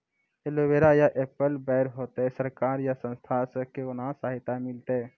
Aloe vera या apple बैर होते? सरकार या संस्था से कोनो सहायता मिलते?